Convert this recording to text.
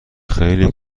خیلی